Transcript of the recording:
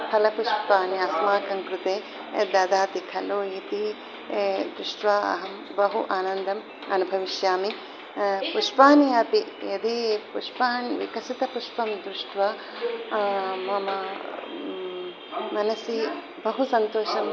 फलपुष्पाणि अस्माकं कृते ददाति खलु इति दृष्ट्वा अहं बहु आनन्दम् अनुभविष्यामि पुष्पाणि अपि यदि पुष्पाणि विकसितं पुष्पम् दृष्ट्वा मम मनसि बहु सन्तोषम्